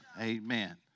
Amen